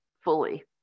fully